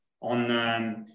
on